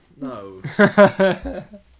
No